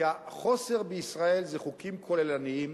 כי החוסר בישראל זה חוקים כוללניים,